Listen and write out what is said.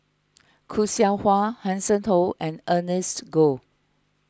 Khoo Seow Hwa Hanson Ho and Ernest Goh